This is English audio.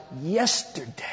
yesterday